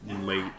late